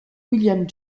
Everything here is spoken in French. william